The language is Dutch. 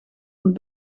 een